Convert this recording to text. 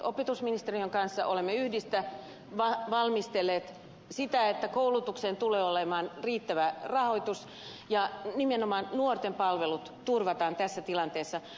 opetusministeriön kanssa olemme yhdessä valmistelleet sitä että koulutukseen tulee olemaan riittävä rahoitus ja nimenomaan nuorten palvelut turvataan tässä tilanteessa